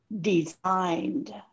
designed